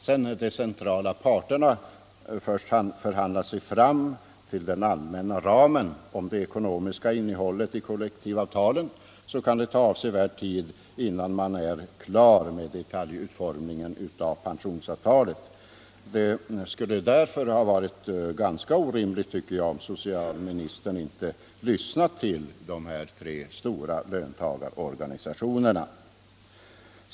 Efter det att de centrala parterna förhandlat sig fram till den allmänna ramen för det ekonomiska innehållet i kollektivavtalen kan det ta avsevärd tid innan man är klar med detaljutformningen av pensionsavtalet. Det skulle därför, tycker jag, ha varit orimligt av socialministern att inte lyssna till dessa tre stora löntagarorganisationer.